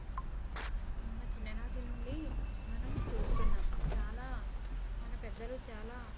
మన చిన్ననాటినుండి మనం చూస్తున్నాం చాలా మన పెద్దలు చాలా